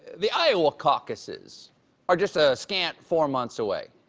the iowa caucuses are just a scant four months away.